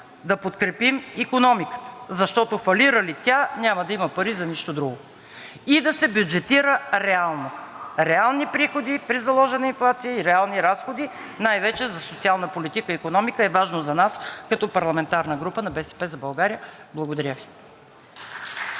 да подкрепим икономиката. Защото фалира ли тя, няма да има пари за нищо друго. И да се бюджетира реално! Реални приходи при заложена инфлация и реални разходи, най-вече за социална политика и икономика е важно за нас като парламентарна група „БСП за България“. Благодаря Ви.